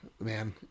man